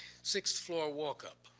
sixth floor walk up.